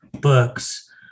books